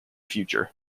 future